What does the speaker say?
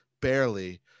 barely